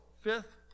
fifth